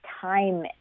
time